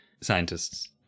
scientists